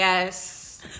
yes